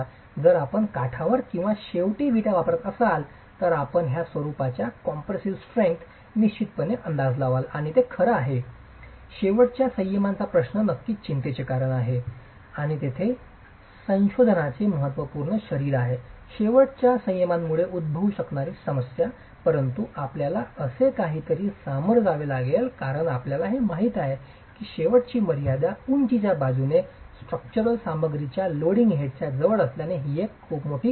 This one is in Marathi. जर आपण काठावर किंवा शेवटी विटा वापरत असाल तर आपण त्या स्वरुपाच्या कॉम्प्रेसीव स्ट्रेंग्थचा निश्चितपणे अंदाज लावाल आणि ते खरं आहे शेवटच्या संयमांचा प्रश्न नक्कीच चिंतेचे कारण आहे आणि तेथे संशोधनाचे महत्त्वपूर्ण शरीर आहे शेवटच्या संयमांमुळे उद्भवू शकणारी समस्या परंतु आपल्याला असे काहीतरी सामोरे जावे लागेल कारण आपल्याला हे माहित आहे की शेवटची मर्यादा उंचीच्या बाजूने स्ट्रक्चरल सामग्रीच्या लोडिंग हेडच्या जवळ असल्याने ही एक समस्या आहे